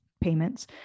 payments